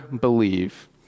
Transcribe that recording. believe